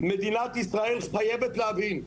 חייבת להבין,